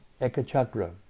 Ekachakra